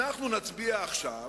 אנחנו נצביע עכשיו.